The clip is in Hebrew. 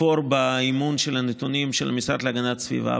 לכפור באמינות של הנתונים של המשרד להגנת הסביבה,